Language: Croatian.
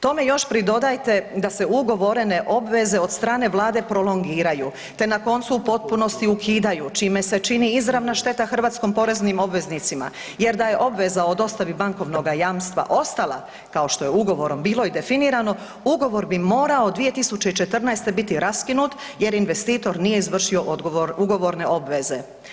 Tome još pridodajte da se ugovorene obveze od strane vlade prolongiraju, te na koncu u potpunosti ukidaju, čime se čini izravna šteta hrvatskim poreznim obveznicima jer da je obveza o dostavi bankovnoga jamstva ostala kao što je ugovorom bilo i definirano, ugovor bi morao 2014. biti raskinut jer investitor nije izvršio ugovorne obveze.